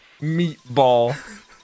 meatball